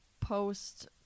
post